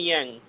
Yang